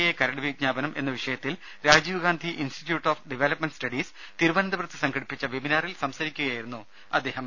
A കരട് വിജ്ഞാപനം എന്ന വിഷയത്തിൽ Rajiv Gandhi institute of development studies തിരുവനനന്തപുരത്ത് സംഘടിപ്പിച്ച വെബിനാറിൽ സംസാരിക്കുകയായിരുന്നു അദ്ദേഹം